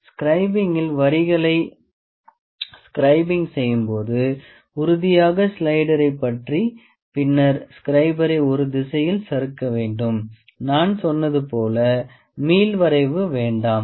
ஸ்க்ரைபிங்கில் வரிகளை ஸ்க்ரைபிங் செய்யும் போது உறுதியாக ஸ்லைடரை பற்றி பின்னர் ஸ்க்ரைபரை ஒரு திசையில் சறுக்க வேண்டும் நான் சொன்னது போல மீள்வரைவு வேண்டாம்